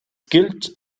gilt